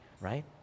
right